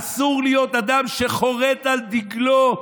אסור להיות אדם שחורת על דגלו,